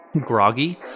groggy